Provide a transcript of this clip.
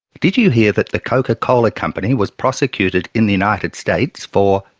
did you hear that the coca-cola company was prosecuted in the united states for,